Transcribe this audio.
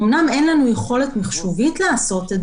אמנם אין לנו יכולת מחשובית לעשות את